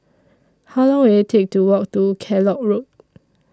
How Long Will IT Take to Walk to Kellock Road